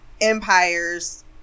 empire's